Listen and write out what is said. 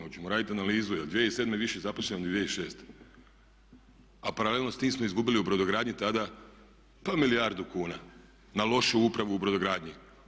Hoćemo radit analizu je li 2007. više zaposleno ili 2006. a paralelno s tim smo izgubili u brodogradnji tada pa milijardu kuna, na lošu upravu u brodogradnji.